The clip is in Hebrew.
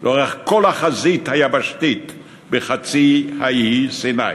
לאורך כל החזית היבשתית בחצי האי סיני.